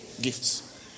gifts